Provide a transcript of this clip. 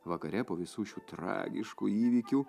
vakare po visų šių tragiškų įvykių